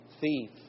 thief